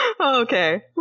Okay